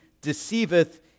deceiveth